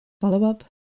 Follow-up